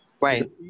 Right